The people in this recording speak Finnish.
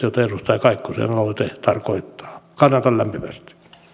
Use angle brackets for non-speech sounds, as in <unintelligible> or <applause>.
<unintelligible> jota edustaja kaikkosen aloite tarkoittaa kannatan lämpimästi